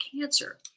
cancer